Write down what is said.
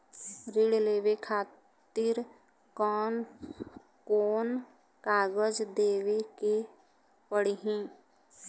ऋण लेवे के खातिर कौन कोन कागज देवे के पढ़ही?